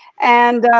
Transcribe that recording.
and